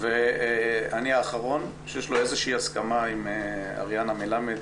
ואני האחרון שיש לו איזושהי הסכמה עם אריאנה מלמד.